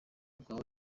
bwawe